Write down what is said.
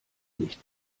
nicht